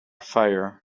fire